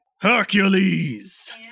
Hercules